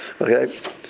Okay